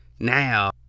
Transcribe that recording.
Now